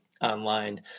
online